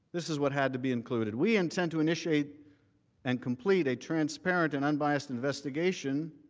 this is what had to be included. we intend to initiate and complete a transparent and unbiased investigation